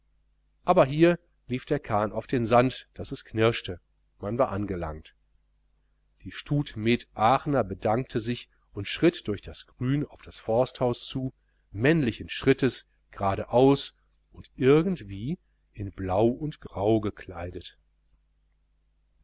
aber hier lief der kahn auf den sand daß es knirschte man war angelangt die stud med aachner bedankte sich und schritt durch das grün auf das forsthaus zu männlichen schrittes geradeaus und irgendwie in blau und grau gekleidet